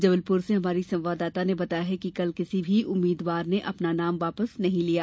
जबलपुर से हमारी संवाददाता ने बताया है कि कल किसी भी उम्मीदवार ने अपना नाम वापस नहीं लिया